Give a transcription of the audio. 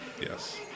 Yes